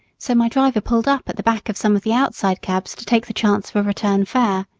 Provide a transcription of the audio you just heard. so my driver pulled up at the back of some of the outside cabs to take the chance of a return fare.